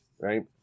right